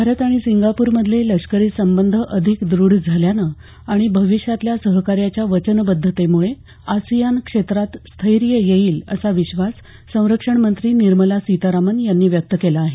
भारत आणि सिंगापूर मधले लष्करी संबंध अधिक द्रढ झाल्यानं आणि भविष्यातल्या सहकार्याच्या वचनबद्धतेमुळे आसियान क्षेत्रात स्थैर्य येईल असा विश्वास संरक्षणमंत्री निर्मला सीतारामन यांनी व्यक्त केला आहे